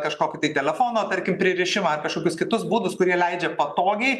kažkokį tai telefono tarkim pririšimą ar kažkokius kitus būdus kurie leidžia patogiai